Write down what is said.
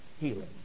healing